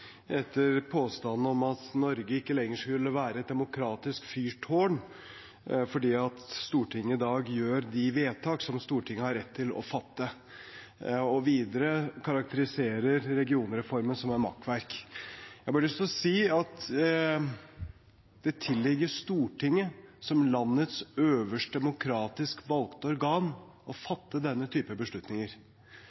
etter påstanden om at Norge ikke lenger skulle være et demokratisk fyrtårn fordi Stortinget i dag gjør de vedtak som Stortinget har rett til å fatte, og videre karakteriserer regionreformen som et makkverk. Jeg har bare lyst til å si at det tilligger Stortinget, som landets øverste demokratisk valgte organ, å